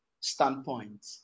standpoint